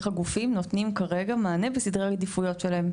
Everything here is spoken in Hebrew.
הגופים נותנים כרגע מענה בסדרי העדיפויות שלהם.